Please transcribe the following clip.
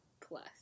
plus